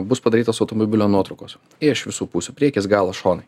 bus padarytos automobilio nuotraukos iš visų pusių priekis galas šonai